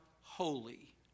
holy